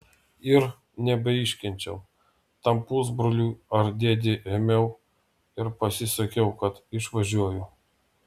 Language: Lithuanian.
ir nebeiškenčiau tam pusbroliui ar dėdei ėmiau ir pasisakiau kad išvažiuoju